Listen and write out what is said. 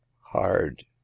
hard